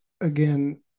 again